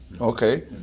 Okay